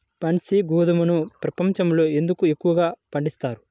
బన్సీ గోధుమను ప్రపంచంలో ఎందుకు ఎక్కువగా పండిస్తారు?